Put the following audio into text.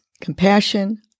compassion